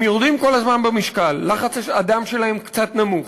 הם יורדים כל הזמן במשקל, לחץ הדם שלהם קצת נמוך,